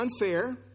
unfair